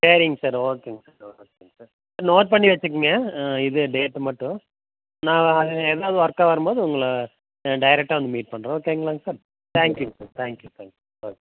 சரிங் சார் ஓகேங்க சார் ஓகேங்க சார் நோட் பண்ணி வச்சிக்கிங்க ஆ இது டேட்டு மட்டும் நான் எதாவது ஒர்க்காக வரும்போது உங்களை நான் டேரெக்டாக வந்து மீட் பண்ணுறேன் ஓகேங்களாங்க sir thank you sir thank you thank you okay